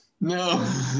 No